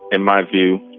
in my view,